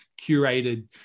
curated